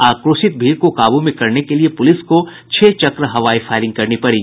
आक्रोशित भीड को काबू में करने के लिए पुलिस को छह चक्र हवाई फायरिंग करनी पड़ी